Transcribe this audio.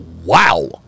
Wow